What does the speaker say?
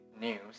news